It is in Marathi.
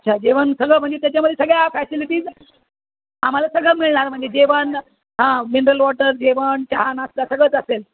अच्छा जेवण सगळं म्हणजे त्याच्यामध्ये सगळ्या फॅसिलिटीज आम्हाला सगळं मिळणार म्हणजे जेवण हां मिनरल वॉटर जेवण चहा नास्ता सगळंच असेल